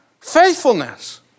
Faithfulness